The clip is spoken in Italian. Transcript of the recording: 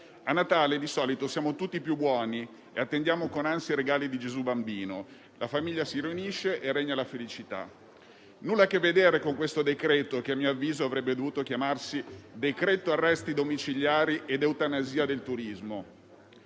A Natale di solito siamo tutti più buoni e attendiamo con ansia i regali di Gesù Bambino; la famiglia si riunisce e regna la felicità. Nulla a che vedere con questo decreto, che - a mio avviso - avrebbe dovuto chiamarsi "decreto arresti domiciliari ed eutanasia del turismo".